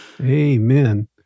amen